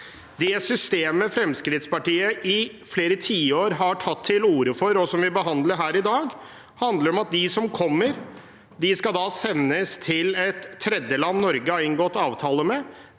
Det systemet Fremskrittspartiet i flere tiår har tatt til orde for, og som vi behandler her i dag, handler om at de som kommer, da skal sendes til et tredjeland Norge har inngått avtale med.